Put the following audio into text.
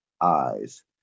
Eyes